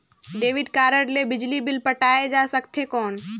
Debit card ले बिजली bill पटाय जा सकथे कौन?